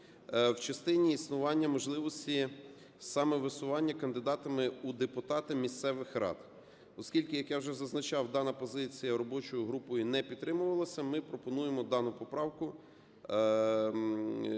в частині існування можливості самовисування кандидатами у депутати місцевих рад. Оскільки, як я вже зазначав, дана позиція робочою групою не підтримувалася, ми пропонуємо дану поправку